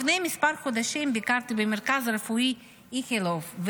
לפני כמה חודשים ביקרתי במרכז הרפואי איכילוב,